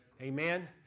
Amen